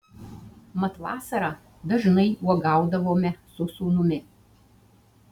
mat vasarą dažnai uogaudavome su sūnumi